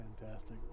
fantastic